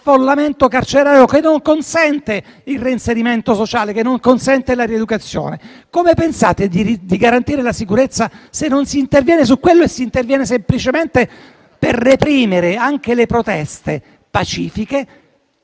sovraffollamento carcerario che non consente il reinserimento sociale e la rieducazione? Come pensate di garantire la sicurezza se non si interviene su quello, e si interviene semplicemente per reprimere anche le proteste pacifiche